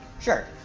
Sure